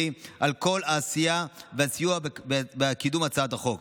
על כל העשייה והסיוע בקידום הצעת החוק.